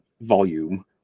volume